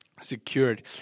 secured